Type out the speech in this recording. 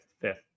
Fifth